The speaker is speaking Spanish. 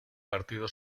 partido